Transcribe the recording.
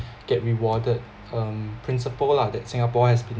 get rewarded um principal lah that singapore has been